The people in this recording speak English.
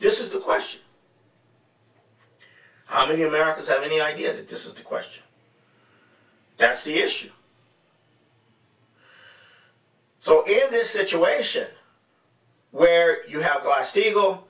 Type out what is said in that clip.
this is the question how many americans have any idea that this is the question that's the issue so in this situation where you have i s